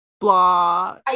blah